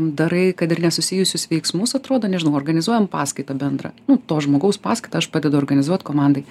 darai kad ir nesusijusius veiksmus atrodo nežinau organizuojam paskaitą bendrą nu to žmogaus paskaitą aš padedu organizuot komandai